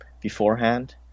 beforehand